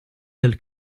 del